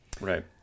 Right